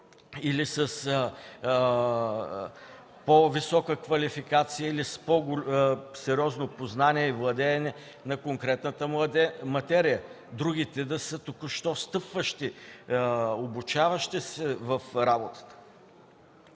или с по-висока квалификация, или с по-сериозно познание и владеене на конкретната материя, другите да са току-що встъпващи, обучаващи се в работата.